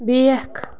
بیٛکھ